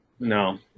No